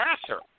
passer